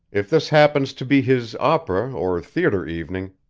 if this happens to be his opera or theater evening,